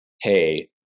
hey